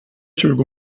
tjugo